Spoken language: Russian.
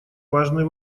важный